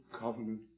covenant